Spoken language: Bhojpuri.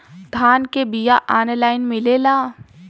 धान के बिया ऑनलाइन मिलेला?